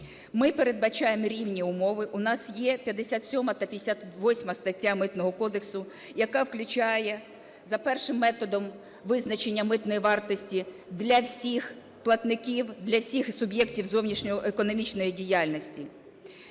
Ми передбачаємо рівні умови, у нас є 57 та 58 стаття Митного кодексу, яка включає за першим методом визначення митної вартості для всіх платників, для всіх суб'єктів зовнішньоекономічної діяльності.